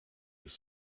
ich